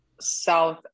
south